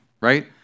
right